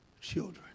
children